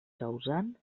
causant